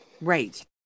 right